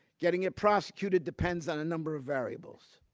getting it prosecuted depends on a number of variables.